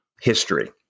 history